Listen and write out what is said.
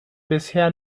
bisher